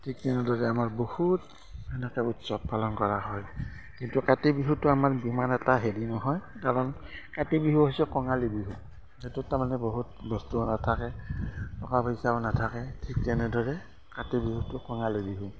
ঠিক তেনেদৰে আমাৰ বহুত সেনেকৈ উৎসৱ পালন কৰা হয় কিন্তু কাতি বিহুটো আমাৰ সিমান এটা হেৰি নহয় কাৰণ কাতি বিহু হৈছে কঙালী বিহু সেইটোত তাৰমানে বহুত বস্তুও নাথাকে টকা পইচাও নাথাকে ঠিক তেনেদৰে কাতি বিহুটো কঙালী বিহু